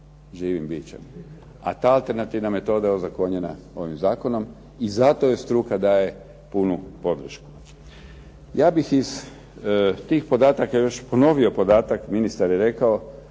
živim bićem, a ta alternativna metoda je ozakonjena ovim zakonom i zato joj struka daje punu podršku. Ja bih iz tih podataka još ponovio podatak ministar je rekao,